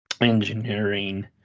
engineering